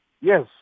Yes